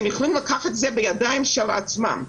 והם יכולים לקחת את זה בידיים של עצמם.